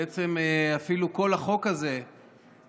בעצם אפילו כל החוק הזה שהוגש